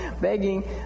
begging